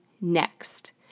next